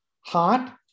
heart